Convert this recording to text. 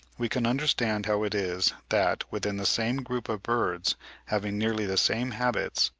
we can understand how it is that, within the same group of birds having nearly the same habits,